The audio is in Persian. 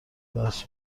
درس